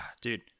Dude